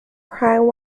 prime